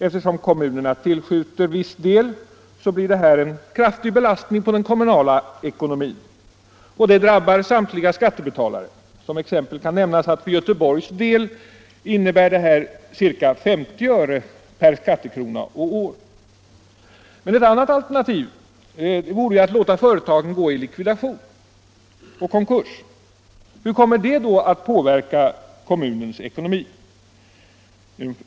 Eftersom kommunerna tillskjuter viss del, blir detta en kraftig belastning på den kommunala ekonomin, vilket drabbar samtliga skattebetalare. Som exempel kan nämnas att det för Göteborgs del innebär ca 50 öre per skattekrona och år. Ett annat alternativ vore att låta företagen gå i likvidation och konkurs. Hur skulle detta komma att påverka kommunens ekonomi?